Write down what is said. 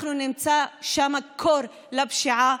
אנחנו נמצא שם כר לפשיעה,